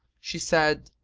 she said,